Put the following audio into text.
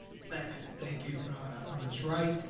second. thank you from from ms. wright.